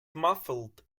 muffled